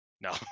No